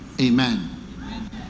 Amen